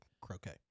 Croquet